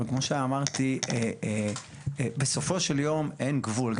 אבל כמו שאמרתי, בסופו של יום אין גבול.